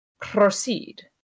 proceed